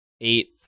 eight